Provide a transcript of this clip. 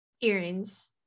Earrings